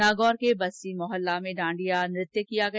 नागौर के बस्सी मोहलला में डांडिया नाच किया गया